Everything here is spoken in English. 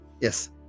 yes